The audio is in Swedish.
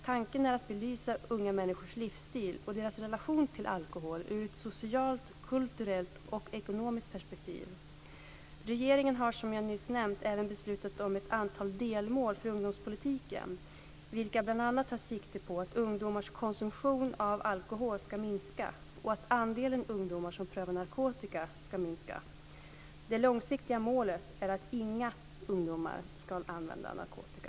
Tanken är att belysa unga människors livsstil och deras relation till alkohol ur ett socialt, kulturellt och ekonomiskt perspektiv. Regeringen har, som jag nyss nämnt, även beslutat om ett antal delmål för ungdomspolitiken, vilka bl.a. tar sikte på att ungdomars konsumtion av alkohol ska minska och att andelen ungdomar som prövar narkotika ska minska. Det långsiktiga målet är att inga ungdomar ska använda narkotika.